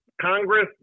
Congress